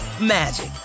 magic